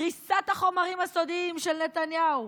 גריסת החומרים הסודיים של נתניהו,